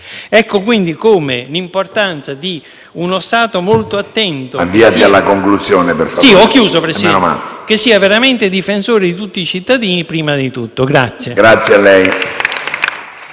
Ecco, quindi, l'importanza di uno Stato molto attento, che sia veramente difensore di tutti i cittadini, prima di tutto.